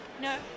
No